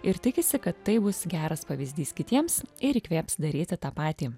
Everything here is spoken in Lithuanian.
ir tikisi kad tai bus geras pavyzdys kitiems ir įkvėps daryti tą patį